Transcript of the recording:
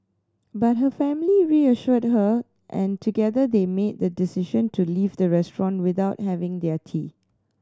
but her family reassured her and together they made the decision to leave the restaurant without having their tea